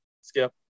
skip